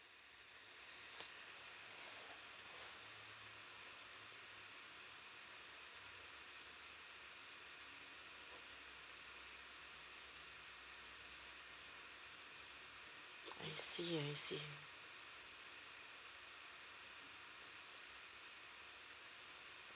I see I see